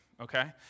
Okay